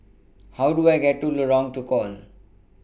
How Do I get to Lorong Tukol